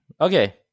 okay